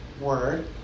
word